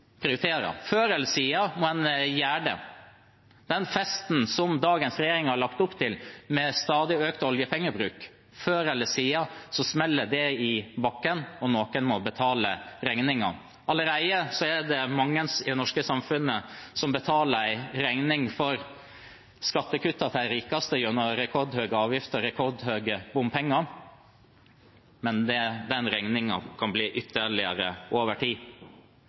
Før eller siden må man gjøre det. Når det gjelder den festen som dagens regjering har lagt opp til, med stadig økt oljepengebruk: Før eller siden smeller det i bakken, og noen må betale regningen. Allerede er det mange i det norske samfunnet som betaler en regning for skattekuttene til de rikeste gjennom rekordhøye avgifter og rekordhøye bompenger. Men den regningen kan øke ytterligere over tid.